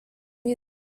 music